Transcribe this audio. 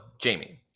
jamie